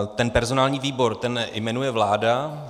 Ten personální výbor, ten jmenuje vláda.